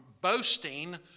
boasting